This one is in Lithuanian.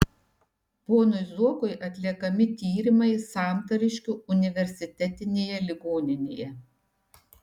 ponui zuokui atliekami tyrimai santariškių universitetinėje ligoninėje